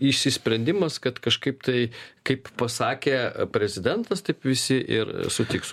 išsprendimas kad kažkaip tai kaip pasakė prezidentas taip visi ir sutiks